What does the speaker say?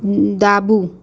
ડાબું